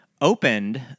opened